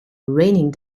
raining